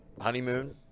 honeymoon